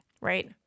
Right